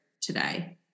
today